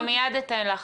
אני מיד אתן לך.